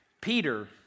Peter